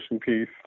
piece